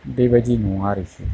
बेबायदि नङा आरोखि